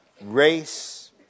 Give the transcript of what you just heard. race